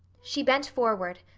she bent forward,